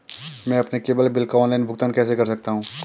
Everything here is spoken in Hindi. मैं अपने केबल बिल का ऑनलाइन भुगतान कैसे कर सकता हूं?